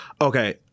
okay